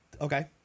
Okay